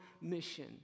mission